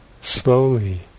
Slowly